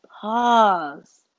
pause